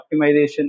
optimization